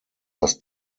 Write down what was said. was